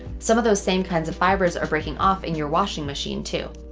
some of those same kinds of fibers are breaking off in your washing machine, too.